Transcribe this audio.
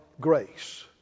grace